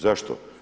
Zašto?